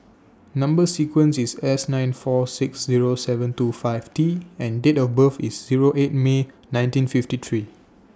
Number sequence IS S nine four six Zero seven two five T and Date of birth IS Zero eight May nineteen fifty three